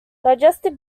digestive